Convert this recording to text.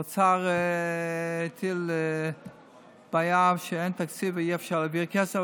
האוצר הטיל בעיה שאין תקציב ואי-אפשר להעביר כסף,